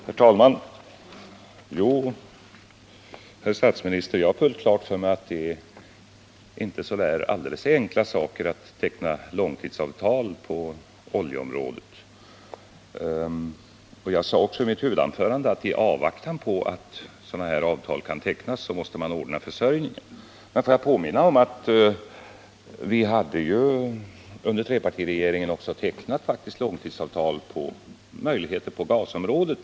Herr talman! Jo, herr statsminister, jag har fullt klart för mig att det inte är så alldeles enkelt att teckna långtidsavtal på oljeområdet. Jag sade också i mitt huvudanförande att i avvaktan på att sådana här avtal kan tecknas måste man ordna försörjningen. Får jag påminna om att vi på trepartiregeringens tid faktiskt hade tecknat långtidsavtal som gav oss möjligheter på gasområdet.